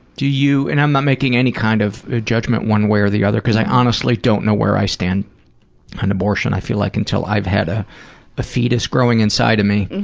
do you and i'm not making any kind of judgment one way or the other, cause i honestly don't know where i stand on abortion. i feel like until i've had a ah fetus growing inside of me,